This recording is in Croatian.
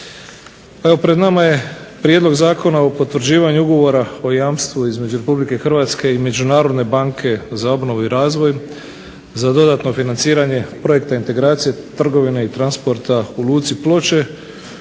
Pred nama je Prijedlog zakona o potvrđivanju ugovora o jamstvu između Republike Hrvatske i Međunarodne banke za obnovu i razvoj za dodatno financiranje projekta Integracije trgovine i transporta u luci Ploče